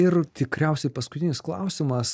ir tikriausiai paskutinis klausimas